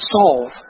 solve